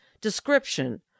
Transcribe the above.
description